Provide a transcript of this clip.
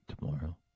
tomorrow